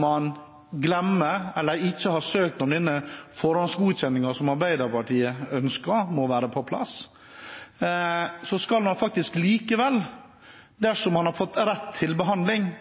man glemmer eller ikke har søkt om denne forhåndsgodkjenningen som Arbeiderpartiet ønsker må være på plass, så mener regjeringspartiene at man likevel – dersom man har rett til behandling,